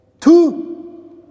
Two